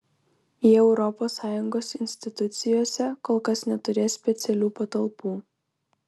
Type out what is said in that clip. jie europos sąjungos institucijose kol kas neturės specialių patalpų